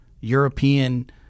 European –